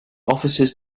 officers